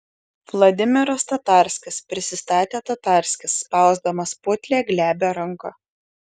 vladimiras tatarskis prisistatė tatarskis spausdamas putlią glebią ranką